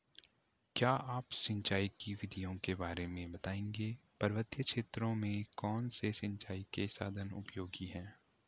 क्या आप सिंचाई की विधियों के बारे में बताएंगे पर्वतीय क्षेत्रों में कौन से सिंचाई के साधन उपयोगी हैं?